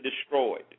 destroyed